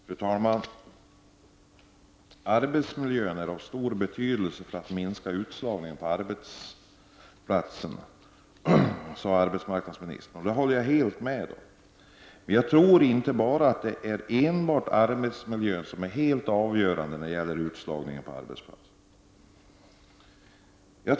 Fru talman! En förbättring av arbetsmiljön är av stor betydelse för att minska utslagningen på arbetsplatserna, sade arbetsmarknadsministern, och det håller jag helt med om. Men jag tror inte att det enbart är arbetsmiljön som är helt avgörande för utslagningen på arbetsmarknaden.